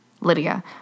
Lydia